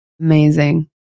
Amazing